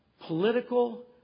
political